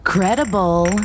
Credible